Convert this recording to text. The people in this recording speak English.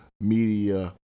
media